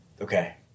Okay